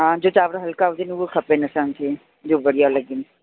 हा जो चांवर हलिका हुजे उहे खपनि असांखे जो बढ़िया लॻनि